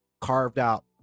carved-out